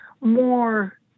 more